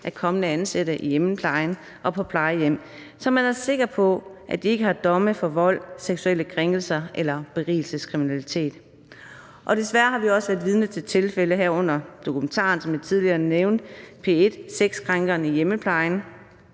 af kommende ansatte i hjemmeplejen og på plejehjem, så man er sikker på, at de ikke har domme for vold, seksuelle krænkelser eller berigelseskriminalitet. Desværre har vi også været vidner til tilfælde, hvor det alligevel lykkes, herunder i dokumentaren på P1, som jeg tidligere nævnte, »Sexkrænkeren i hjemmeplejen«,